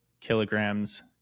kilograms